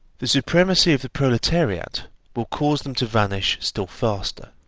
the supremacy of the proletariat will cause them to vanish still faster.